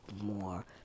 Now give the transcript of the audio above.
more